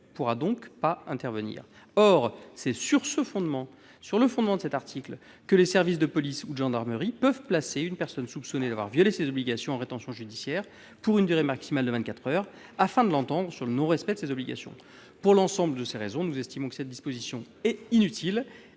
pourra donc pas intervenir. Or c'est sur le fondement de cet article que les services de police ou de gendarmerie peuvent placer en rétention judiciaire une personne soupçonnée d'avoir violé ses obligations, pour une durée maximale de vingt-quatre heures, afin de l'entendre sur le non-respect de ses obligations. Pour l'ensemble de ces raisons, nous estimons que cette disposition est inutile